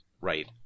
right